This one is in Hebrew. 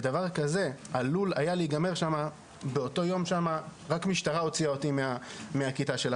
דבר כזה עלול להיגמר שם - רק משטרה הוציאה אותי מהכיתה שלה.